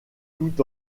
tout